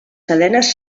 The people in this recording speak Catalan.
cadenes